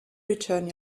return